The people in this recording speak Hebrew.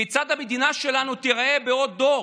כיצד המדינה שלנו תיראה בעוד דור?